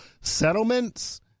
settlements